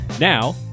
Now